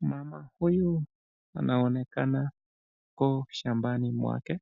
Mama huyu anaonekana kuwa shambani mwake.